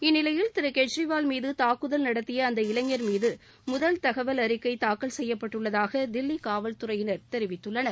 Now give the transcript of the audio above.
இந்நிலையில் திரு கெஜ்ரிவால் மீது தாக்குதல் நடத்திய அந்த இளைஞர் மீது முதல் தகவல் அறிக்கை தாக்கல் செய்யப்பட்டுள்ளதாக தில்லி காவல்துறையினர் தெரிவித்துள்ளனர்